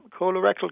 Colorectal